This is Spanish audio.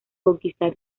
conquistar